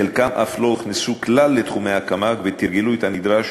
חלקם אף לא הוכנסו כלל לתחומי הקמ"ג ותרגלו את הנדרש